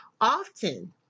Often